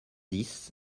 dix